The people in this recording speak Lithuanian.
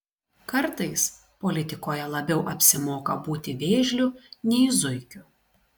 kartais politikoje labiau apsimoka būti vėžliu nei zuikiu